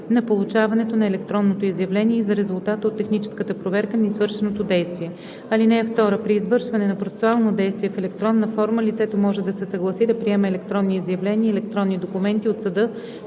на получаването на електронното изявление и за резултата от техническата проверка на извършеното действие. (2) При извършване на процесуално действие в електронна форма, лицето може да се съгласи да приема електронни изявления и електронни документи от съда